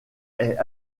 est